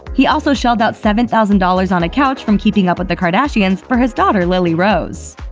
he also shelled out seven thousand dollars on a couch from keeping up with the kardashians for his daughter lily-rose.